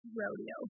rodeo